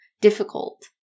difficult